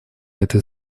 этой